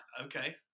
Okay